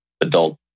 adult